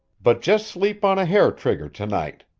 but just sleep on a hair-trigger to-night.